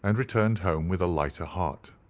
and returned home with a lighter heart.